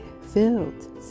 Filled